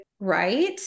right